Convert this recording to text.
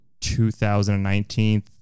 2019